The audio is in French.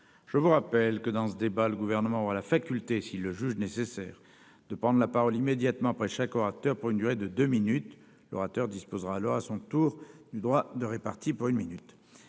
Je vous rappelle que dans ce débat, le gouvernement aura la faculté s'il le juge nécessaire de prendre la parole immédiatement après chaque orateur pour une durée de deux minutes. L'orateur disposera alors à son tour du droit de répartis pour une minute.